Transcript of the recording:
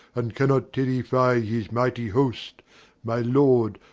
and cannot terrify his mighty host my lord,